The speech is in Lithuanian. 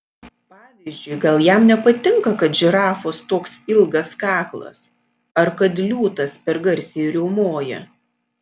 pavyzdžiui gal jam nepatinka kad žirafos toks ilgas kaklas ar kad liūtas per garsiai riaumoja